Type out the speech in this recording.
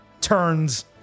turns